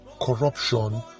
corruption